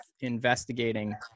investigating